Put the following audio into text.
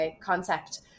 concept